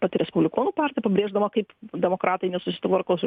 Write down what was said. pati respublikonų partija pabrėždama kaip demokratai nesusitvarko su